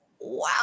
wow